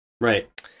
Right